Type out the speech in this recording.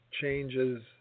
changes